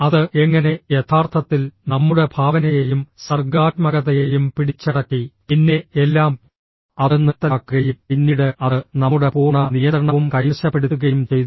അത് എങ്ങനെ യഥാർത്ഥത്തിൽ നമ്മുടെ ഭാവനയെയും സർഗ്ഗാത്മകതയെയും പിടിച്ചടക്കി പിന്നെ എല്ലാം അത് നിർത്തലാക്കുകയും പിന്നീട് അത് നമ്മുടെ പൂർണ്ണ നിയന്ത്രണവും കൈവശപ്പെടുത്തുകയും ചെയ്തു